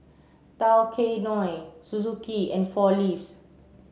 Tao Kae Noi Suzuki and Four Leaves